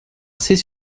assez